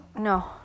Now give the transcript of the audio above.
No